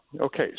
Okay